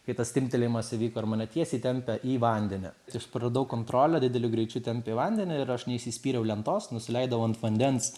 kai tas timptelėjimas įvyko ir mane tiesiai tempia į vandenį tai aš praradau kontrolę dideliu greičiu tempia į vandenį ir aš neįsispyriau lentos nusileidau ant vandens